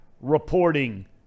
reporting